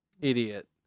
Idiot